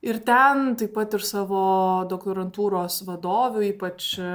ir ten taip pat ir savo doktorantūros vadovių ypač